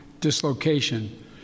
dislocation